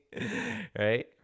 Right